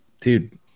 Dude